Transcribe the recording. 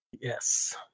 Yes